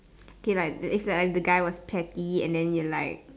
okay lah it's like if the guy was petty and then you're like